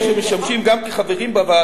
כל אלה הם חברים שמשמשים גם כחברים בוועדה